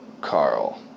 Carl